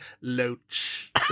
Loach